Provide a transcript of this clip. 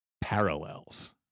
parallels